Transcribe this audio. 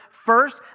First